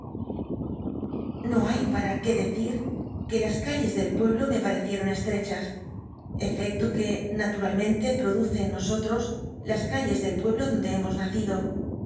no hay p wll quó decir que las calle del pueblo me paaccieron cstcchas efecto r ue hatua ahncnte lwoduce en no ohos la c alles del pueblo donde hcmo nacido